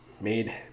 made